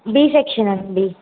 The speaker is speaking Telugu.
బి సెక్షన్ అండి